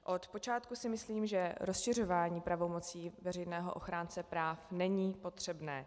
Odpočátku si myslím, že rozšiřování pravomocí veřejného ochránce práv není potřebné.